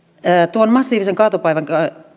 tuon massiivisen kaatopaikan